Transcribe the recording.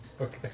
Okay